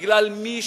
בגלל מי